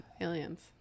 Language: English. Aliens